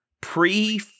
pre